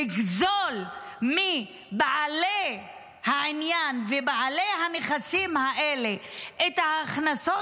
לגזול מבעלי העניין ובעלי הנכסים האלה את ההכנסות,